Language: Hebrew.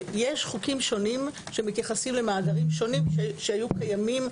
יש חוקים שונים שמתייחסים למאגרים שונים שהיו קיימים,